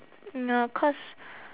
ya cause